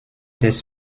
des